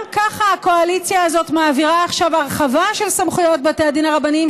גם ככה הקואליציה הזאת מעבירה עכשיו הרחבה של סמכויות בתי הדין הרבניים,